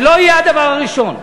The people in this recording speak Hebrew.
זה לא יהיה הדבר הראשון.